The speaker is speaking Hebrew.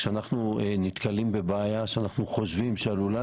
כשאנחנו נתקלים בבעיה שאנחנו חושבים שעלולה